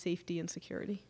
safety and security